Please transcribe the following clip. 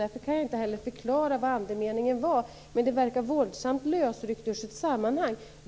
Därför kan jag inte förklara andemeningen med det men det verkar våldsamt lösryckt ur sitt sammanhang.